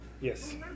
Yes